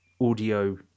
audio